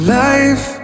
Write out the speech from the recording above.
life